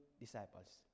disciples